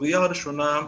הסוגיה הראשונה,